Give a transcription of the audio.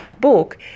book